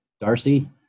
Darcy